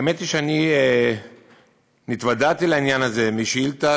האמת היא שאני התוודעתי לעניין הזה משאילתה